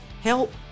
help